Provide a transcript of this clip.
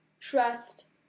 trust